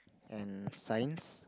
and science